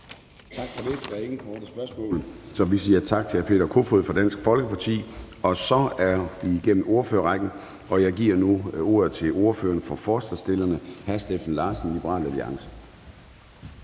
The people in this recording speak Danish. Gade): Der er ingen korte bemærkninger, så vi siger tak til hr. Peter Kofod fra Dansk Folkeparti. Så er vi igennem ordførerrækken, og jeg giver nu ordet til ordføreren for forslagsstillerne, hr. Steffen Larsen, Liberal Alliance.